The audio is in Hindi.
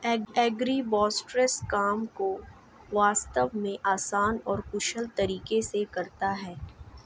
एग्रीबॉट्स काम को वास्तव में आसान और कुशल तरीके से करता है